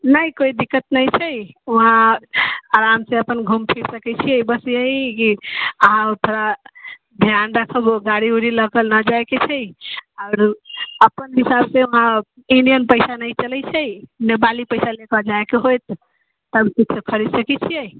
नहि कोइ दिक्कत नहि छै वहाँ आरामसँ अपन घूमि फिरि सकैत छियै बस यही कि अहाँ थोड़ा ध्यान राखब गाड़ी उड़ी लऽ कऽ ना जाइके छै आओर अपन हिसाबसँ अहाँ इंडियन पैसा नहि चलैत छै नेपाली पैसा लऽ कऽ जायके होयत तब किछो खरीद सकैत छियै